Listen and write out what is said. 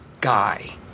guy